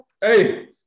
Hey